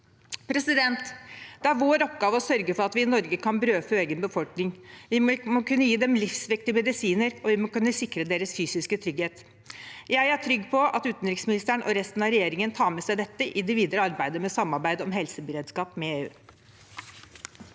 selv. Det er vår oppgave å sørge for at vi i Norge kan brødfø egen befolkning. Vi må kunne gi dem livsviktige medisiner og sikre deres fysiske trygghet. Jeg er trygg på at utenriksministeren og resten av regjeringen tar med seg dette i det videre arbeidet med samarbeid om helseberedskap med EU.